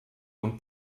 und